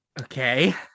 Okay